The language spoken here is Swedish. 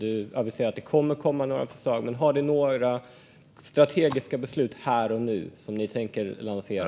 Du aviserar att det kommer att komma några förslag, men har ni här och nu några strategiska beslut som ni tänker lansera?